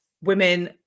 women